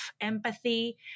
empathy